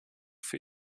für